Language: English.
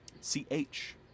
C-H